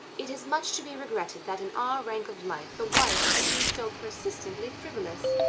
it is much to be regretted that in our rank of life the wife should be so persistently frivolous,